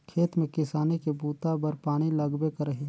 खेत में किसानी के बूता बर पानी लगबे करही